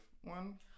one